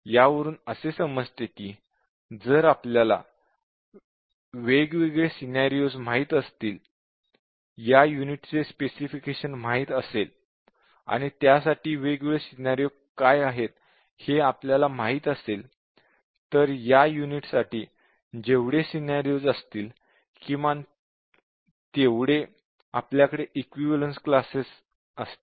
या वरून असे समजते कि जर आपल्याला वेगवेगळे सिनॅरिओ माहित असतील या युनिट चे स्पेसिफिकेशन माहित असेल आणि त्यासाठी वेगवेगळे सिनॅरिओ काय आहेत हे आपल्याला माहीत असेल तर या युनिट साठी जेवढे सिनॅरिओ असतील किमान तितके आपल्या कडे इक्विवलेन्स क्लासेस असतील